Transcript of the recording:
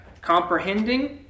comprehending